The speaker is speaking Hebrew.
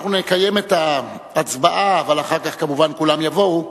אנחנו נקיים את ההצבעה אבל אחר כך כמובן כולם יבואו,